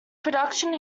production